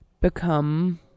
become